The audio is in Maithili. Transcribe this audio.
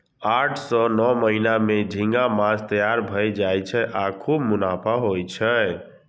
आठ सं नौ महीना मे झींगा माछ तैयार भए जाय छै आ खूब मुनाफा होइ छै